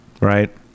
right